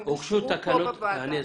אני אסביר.